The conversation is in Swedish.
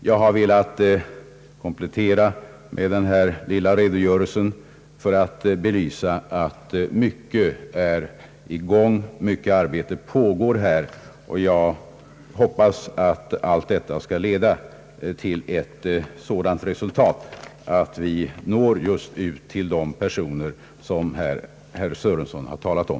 Jag har velat komplettera med denna lilla redogörelse för att belysa att mycket är i gång på området, och jag hoppas att allt detta skall leda till ett sådant resultat att vi verkligen når ut till de personer som herr Sörenson talar om.